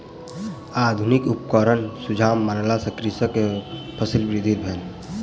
आधुनिक उपकरणक सुझाव मानला सॅ कृषक के फसील वृद्धि भेल